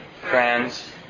friends